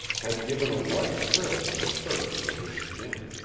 had given a light thrill to the surface of his skin,